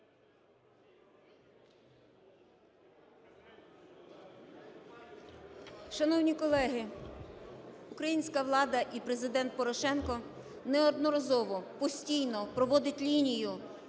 Шановні колеги, українська влада і Президент Порошенко неодноразово, постійно проводить лінію